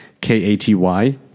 k-a-t-y